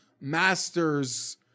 Masters